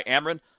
Amron